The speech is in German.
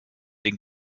den